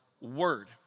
word